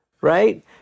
right